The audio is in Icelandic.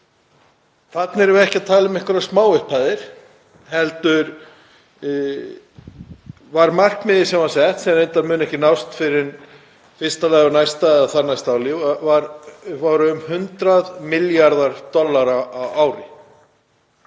Þarna erum við ekki að tala um einhverjar smáupphæðir heldur var markmiðið sem var sett, sem reyndar mun ekki nást fyrr en í fyrsta lagi á næsta eða þarnæsta ári, um 100 milljarðar dollara á ári.